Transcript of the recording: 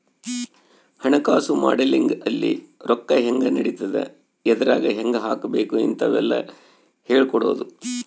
ಹಣಕಾಸು ಮಾಡೆಲಿಂಗ್ ಅಲ್ಲಿ ರೊಕ್ಕ ಹೆಂಗ್ ನಡಿತದ ಎದ್ರಾಗ್ ಹೆಂಗ ಹಾಕಬೇಕ ಇಂತವೆಲ್ಲ ಹೇಳ್ಕೊಡೋದು